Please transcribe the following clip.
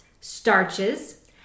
starches